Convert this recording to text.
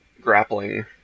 grappling